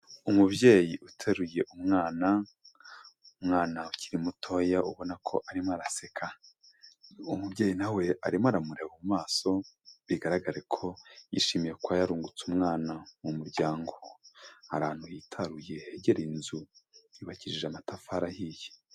Umubyeyi uteruye umwana, umwana ukiri mutoya ubona ko arimo araseka, uwo mubyeyi nawe arimo aramureba mu maso bigaragare ko yishimiye kuba yarungutse umwana mu muryango, ari ahantu hitaruye hegereye inzu yubakije amatafari ahiye.